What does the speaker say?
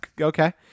okay